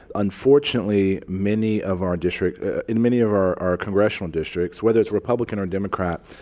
unfortunately, many of our district in many of our our congressional districts, whether it's republican or democrat,